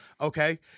Okay